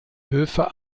höfe